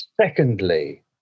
Secondly